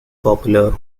popular